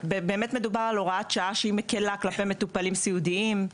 מדובר על הוראת שעה שהיא מקלה כלפי מטופלים סיעודיים,